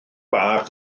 bach